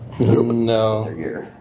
No